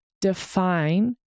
define